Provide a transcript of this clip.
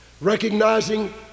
recognizing